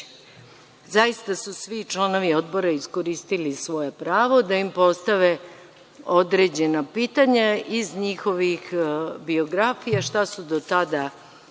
Zaista su svi članovi Odbora iskoristili svoje da im postave određena pitanja iz njihovih biografija, šta su do tada radili,